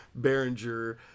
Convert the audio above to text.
Behringer